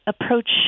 approach